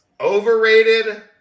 overrated